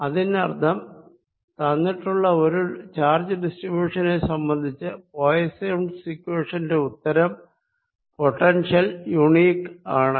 അതിനർത്ഥം തന്നിട്ടുള്ള ഒരു ചാർജ് ഡിസ്ട്രിബ്യുഷനെ സംബന്ധിച്ച് പോയിസ്സോൻസ് ഇക്വേഷന്റെ ഉത്തരം പൊട്ടൻഷ്യൽ യൂണിക് ആണ്